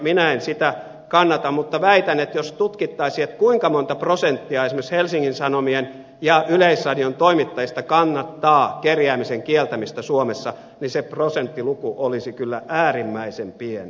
minä en sitä kannata mutta väitän että jos tutkittaisiin kuinka monta prosenttia esimerkiksi helsingin sanomien ja yleisradion toimittajista kannattaa kerjäämisen kieltämistä suomessa niin se prosenttiluku olisi kyllä äärimmäisen pieni